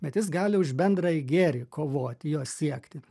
bet jis gali už bendrąjį gėrį kovoti jo siekti